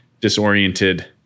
disoriented